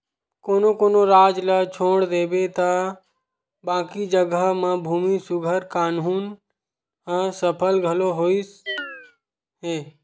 कोनो कोनो राज ल छोड़ देबे त बाकी जघा म भूमि सुधार कान्हून ह सफल घलो होइस हे